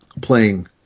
playing